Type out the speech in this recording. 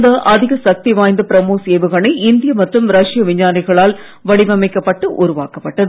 இந்த அதிக சக்தி வாய்ந்த பிரம்மோஸ் ஏவுகணை இந்திய மற்றும் ரஷ்ய விஞ்ஞானிகளால் வடிவமைக்கப்பட்டு உருவாக்கப்பட்டது